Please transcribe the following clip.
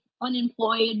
unemployed